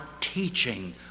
teaching